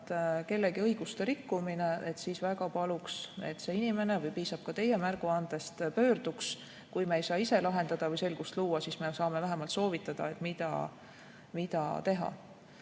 kellegi õiguste rikkumine, siis väga paluks, et see inimene, või piisab ka teie märguandest, pöörduks. Kui me ei saa ise lahendada või selgust luua, siis me saame vähemalt soovitada, mida teha.